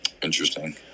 Interesting